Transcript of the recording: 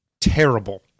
terrible